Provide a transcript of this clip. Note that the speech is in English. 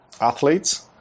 athletes